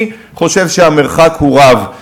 אני חושב שהמרחק רב,